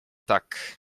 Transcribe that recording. tak